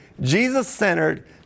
Jesus-centered